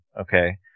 okay